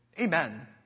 Amen